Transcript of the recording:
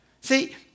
See